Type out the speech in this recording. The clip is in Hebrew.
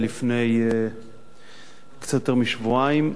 לפני קצת יותר משבועיים,